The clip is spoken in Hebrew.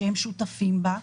שהם שותפים בה,